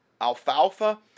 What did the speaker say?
Alfalfa